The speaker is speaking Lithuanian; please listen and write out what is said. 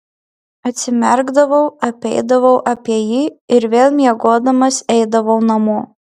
atsimerkdavau apeidavau apie jį ir vėl miegodamas eidavau namo